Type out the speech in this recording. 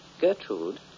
Gertrude